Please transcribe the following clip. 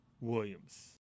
Williams